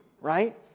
right